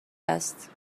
است